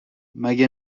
مگه